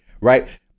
right